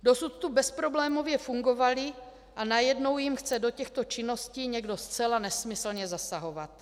Dosud tu bezproblémově fungovaly, a najednou jim chce do těchto činností někdo zcela nesmyslně zasahovat.